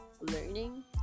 learning